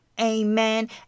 Amen